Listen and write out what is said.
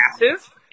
massive